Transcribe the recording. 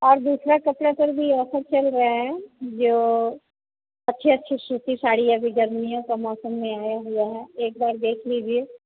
और दूसरा कपड़ा पर भी ऑफर चल रहा है जो अच्छे अच्छे सूती साड़ी अभी गर्मियों का मौसम में आया हुआ है एक बार देख लीजिए